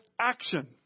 action